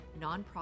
nonprofit